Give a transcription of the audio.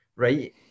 right